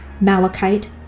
Malachite